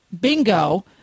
Bingo